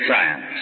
science